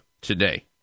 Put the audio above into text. today